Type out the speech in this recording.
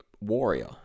warrior